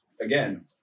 again